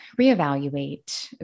reevaluate